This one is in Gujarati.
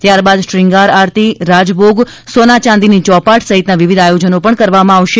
ત્યારબાદ શૃંગાર આરતી રાજભોગ સોના ચાંદીની ચોપાટ સહિતના વિવિધ આયોજનો પણ કરવામાં આવશે